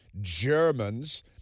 Germans